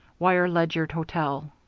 wire ledyard hotel.